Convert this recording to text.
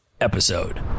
episode